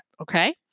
Okay